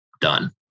done